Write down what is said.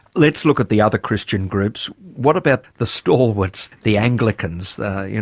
let's look at the other christian groups. what about the stalwarts, the anglicans, the, you